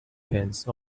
fence